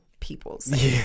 peoples